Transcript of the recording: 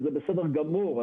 וזה בסדר גמור.